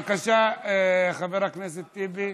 בבקשה, חבר הכנסת טיבי.